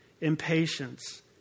impatience